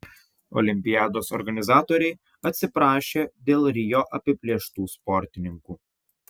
olimpiados organizatoriai atsiprašė dėl rio apiplėštų sportininkų